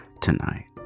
Tonight